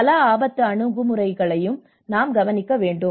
பல ஆபத்து அணுகுமுறையையும் நாம் கவனிக்க வேண்டும்